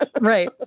Right